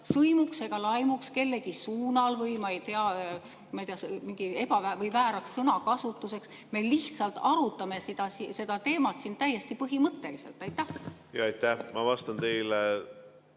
sõimuks ega laimuks kellegi vastu või, ma ei tea, mingiks vääraks sõnakasutuseks? Me lihtsalt arutame seda teemat siin täiesti põhimõtteliselt. Aitäh! Ma vastan teie